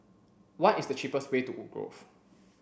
what is the cheapest way to Woodgrove